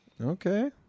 Okay